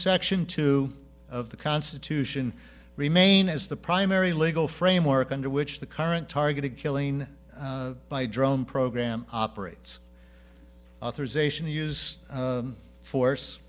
section two of the constitution remain as the primary legal framework under which the current targeted killing by drone program operates authorization to use force